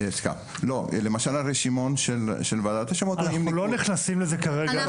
למשל הרשימון של ועדת השמות --- אנחנו לא נכנסים לזה כרגע,